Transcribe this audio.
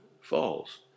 falls